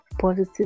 positive